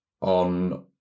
on